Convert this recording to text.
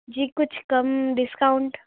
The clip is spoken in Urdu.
جی کچھ کم ڈسکاونٹ